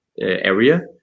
area